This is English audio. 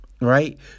right